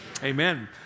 Amen